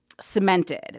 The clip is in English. cemented